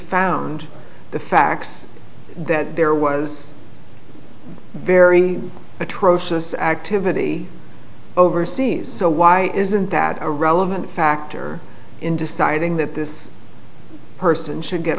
found the facts that there was very atrocious activity over seems so why isn't that a relevant factor in deciding that this person should get